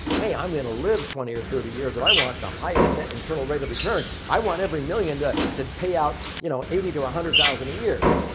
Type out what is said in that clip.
hey, i'm going to live twenty or thirty years and i want the highest net internal rate of return. i want every million to to pay out you know eighty to one hundred thousand a year.